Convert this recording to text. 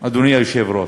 אדוני היושב-ראש,